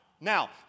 Now